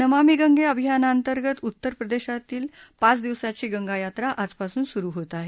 नमामि गंगे अभियानाअंतर्गत उत्तर प्रदेशातली पाच दिवसांची गंगा यात्रा आजपासून पासून सुरू होत आहे